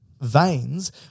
veins